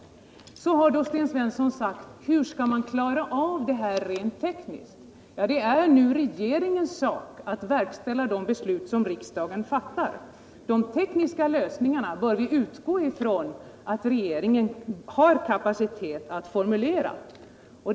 Sedan har Sten Svensson frågat hur man skall klara av det här rent tekniskt. Det är nu regeringens sak att verkställa de beslut som riksdagen fattar. Vi bör utgå från att regeringen har kapacitet att formulera de tekniska lösningarna.